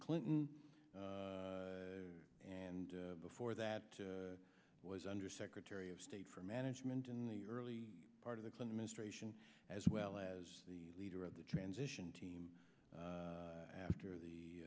clinton and before that i was undersecretary of state for management in the early part of the clinton ministration as well as the leader of the transition team after the